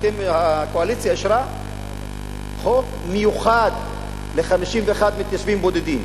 הקואליציה אישרה חוק מיוחד ל-51 מתיישבים בודדים.